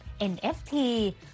NFT